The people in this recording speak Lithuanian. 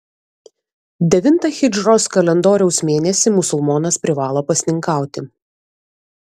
devintą hidžros kalendoriaus mėnesį musulmonas privalo pasninkauti